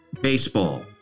baseball